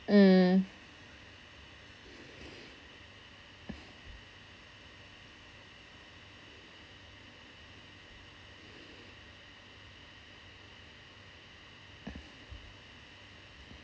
mm